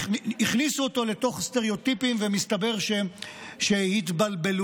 הכניסו אותו לתוך סטריאוטיפים ומסתבר שהתבלבלו,